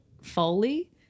foley